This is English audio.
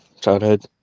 childhood